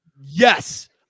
Yes